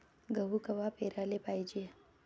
गहू कवा पेराले पायजे?